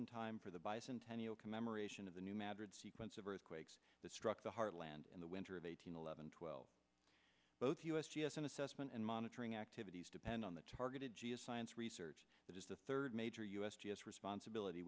in time for the bicentennial commemoration of the new mattered sequence of earthquakes that struck the heartland in the winter of eighteen eleven twelve both u s g s and assessment and monitoring activities depend on the targeted geoscience research which is the third major u s g s responsibility